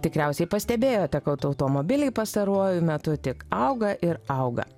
tikriausiai pastebėjote kad automobiliai pastaruoju metu tik auga ir auga